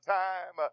time